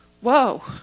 whoa